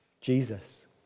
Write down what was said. Jesus